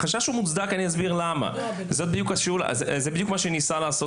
החשש הוא מוצדק; זה בדיוק מה שניסה לעשות